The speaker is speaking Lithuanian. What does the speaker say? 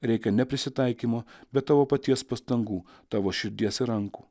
reikia ne prisitaikymo bet tavo paties pastangų tavo širdies ir rankų